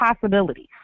possibilities